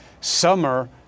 summer